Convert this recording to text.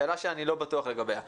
שאלה שאני לא בטוח לגביה,